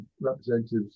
representatives